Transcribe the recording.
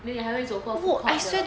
then 你还会走过 food court 的